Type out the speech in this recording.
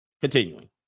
Continuing